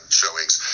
showings